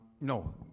No